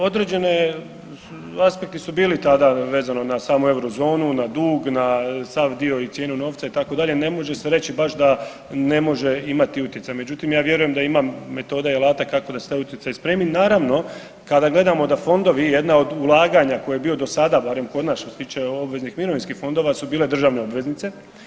Određene aspekti su bili tada vezano na samu Eurozonu, na dug, na sav dio i cijenu novca, itd., ne može se reći baš da ne može imati utjecaj, međutim, ja vjerujem da ima metoda i alata kako da se taj utjecaj ... Naravno, kada gledamo da fondovi, jedna od ulaganja koje je bio do sada, barem kod nas, što se tiče obveznih mirovinskih fondova su bile državne obveznice.